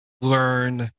learn